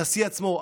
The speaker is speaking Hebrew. הנשיא עצמו,